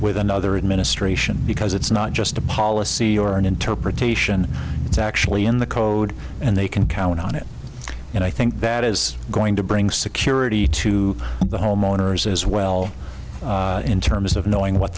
with another administration because it's not just a policy or an interpretation it's actually in the code and they can count on it and i think that is going to bring security to the homeowners as well in terms of knowing what